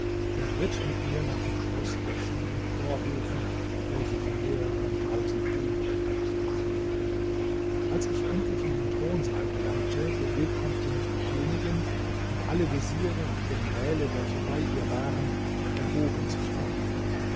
und ritt mit mir nach dem schloß durch sieben vorhöfe welche von mehreren tausend genien bewacht waren als ich endlich in den thronsaal gelangte bewillkommte mich die königin und alle veziere und generäle welche bei ihr waren erhoben sich vor mir